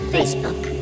Facebook